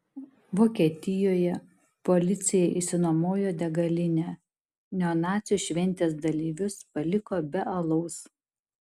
vokietijoje policija išsinuomojo degalinę neonacių šventės dalyvius paliko be alaus